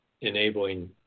enabling